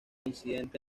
incidente